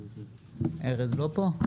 ארז לא פה?